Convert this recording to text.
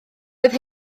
oedd